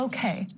Okay